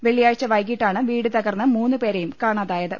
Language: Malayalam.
വെള്ളിയാഴ്ച വൈകീട്ടാണ് വീട് തകർന്ന് മൂന്നുപേരെയും കാണാതായത്